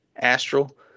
Astral